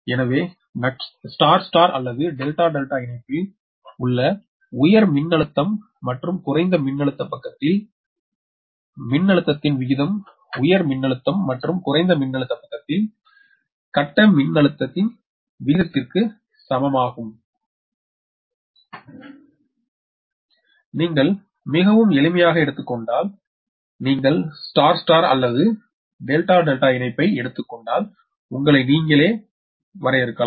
எனவே நட்சத்திர நட்சத்திரம் அல்லது டெல்டா டெல்டா இணைப்பில் உயர் மின்னழுத்தம் மற்றும் குறைந்த மின்னழுத்த பக்கத்தில் மின்னழுத்தத்தின் விகிதம் உயர் மின்னழுத்தம் மற்றும் குறைந்த மின்னழுத்த பக்கத்தில் கட்ட மின்னழுத்தத்தின் விகிதத்திற்கு சமமானதாகும் நீங்கள் மிகவும் எளிமையாக எடுத்துக் கொண்டால் நீங்கள் ஸ்டார் ஸ்டார் அல்லது டெல்டா டெல்டா இணைப்பை எடுத்துக் கொண்டால் உங்களை நீங்களே வரையலாம்